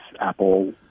Apple